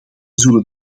zullen